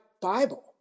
Bible